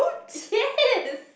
yes